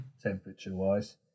temperature-wise